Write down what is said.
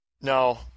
No